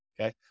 Okay